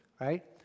right